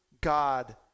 God